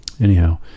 anyhow